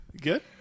good